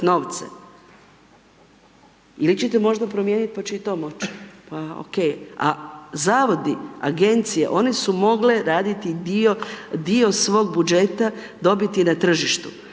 Ili ćete možda promijeniti pa će i to moći? Pa, OK, a zavodi, agencije one su mogle raditi dio, dio svog budžeta dobiti na tržištu.